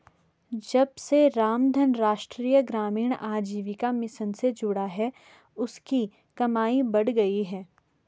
जब से रामधन राष्ट्रीय ग्रामीण आजीविका मिशन से जुड़ा है उसकी कमाई बढ़ गयी है